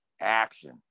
action